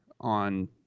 on